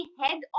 head